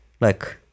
like-